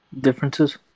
Differences